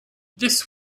this